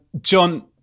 John